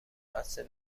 قصد